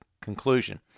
conclusion